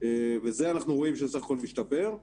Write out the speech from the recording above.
וזה אנחנו רואים שבסך הכול משתפר,